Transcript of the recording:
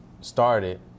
started